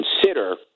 consider